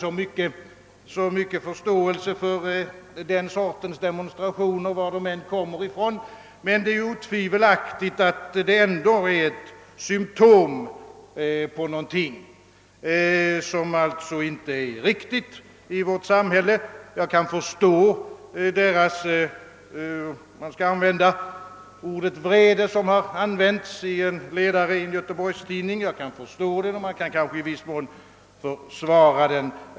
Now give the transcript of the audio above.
Jag har inte så mycken förståelse för den sortens demonstrationer, varifrån de än kommer, men otvivelaktigt är de ändå ett symtom på att någonting inte är riktigt i vårt samhälle. Man kan emellertid förstå författarnas vrede -— ordet har använts i en ledare i en Göteborgstidning — och man kan försvara den.